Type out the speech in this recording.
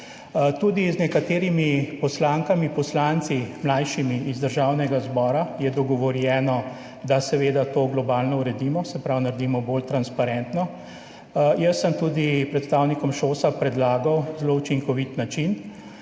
Tudi z nekaterimi mlajšimi poslankami, poslanci iz Državnega zbora je dogovorjeno, da to globalno uredimo, se pravi, naredimo bolj transparentno. Jaz sem tudi predstavnikom ŠOS predlagal zelo učinkovit način.